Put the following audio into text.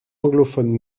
anglophones